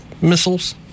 missiles